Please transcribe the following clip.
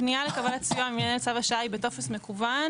הפנייה לקבלת סיוע ממינהלת "צו השעה" היא בטופס מקוון.